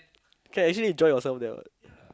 can actually enjoy yourself there [what]